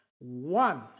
One